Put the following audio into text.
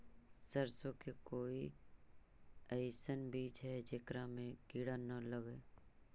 सरसों के कोई एइसन बिज है जेकरा में किड़ा न लगे?